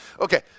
Okay